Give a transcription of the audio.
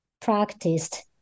practiced